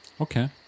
Okay